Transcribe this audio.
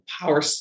power